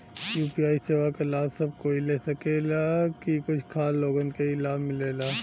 UPI सेवा क लाभ सब कोई ले सकेला की कुछ खास लोगन के ई लाभ मिलेला?